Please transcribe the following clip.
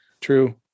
True